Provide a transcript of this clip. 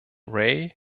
ray